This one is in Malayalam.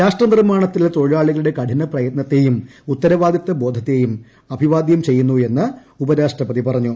രാഷ്ട്ര നിർമ്മാണത്തിൽ തൊഴിലാളികളുടെ കഠിനപ്രയത്നത്തെയും ഉത്തരവാദിത്വബോധത്തെയും അഭിവാദ്യം ചെയ്യുന്നു എന്ന് ഉപരാഷ്ട്രപതി പറഞ്ഞു